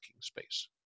space